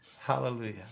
Hallelujah